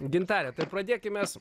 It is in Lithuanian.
gintare tad pradėkim mes